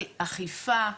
של אכיפה,